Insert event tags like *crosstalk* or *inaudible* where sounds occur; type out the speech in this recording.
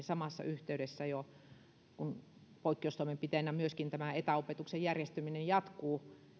*unintelligible* samassa yhteydessä poikkeustoimenpiteenä myöskin tämä etäopetuksen järjestäminen jatkuu